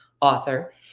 author